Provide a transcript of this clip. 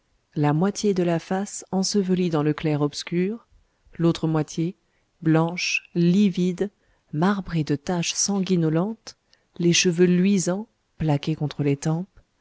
la moitié de la face ensevelie dans le clair-obscur l'autre moitié blanche livide marbrée de taches sanguinolentes les cheveux luisants plaqués contre les tempes